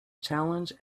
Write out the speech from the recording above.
challenge